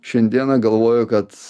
šiandieną galvoju kad